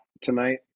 tonight